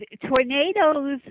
Tornadoes